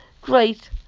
great